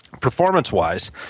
Performance-wise